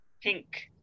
pink